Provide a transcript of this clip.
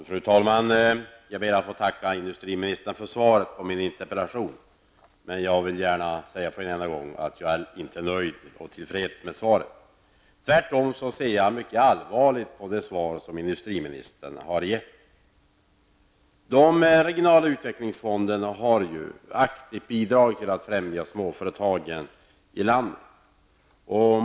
Fru talman! Jag ber att få tacka industriministern för svaret på min interpellation, men jag vill gärna säga på en gång att jag inte är nöjd med svaret. Tvärtom -- jag ser mycket allvarligt på det svar som industriministern har gett. De regionala utvecklingsfonderna har ju aktivt bidragit till att främja småföretagen i landet.